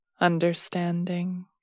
understanding